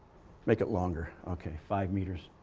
make it longer, okay, five meters.